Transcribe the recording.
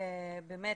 באמת,